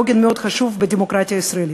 עוגן מאוד חשוב בדמוקרטיה הישראלית.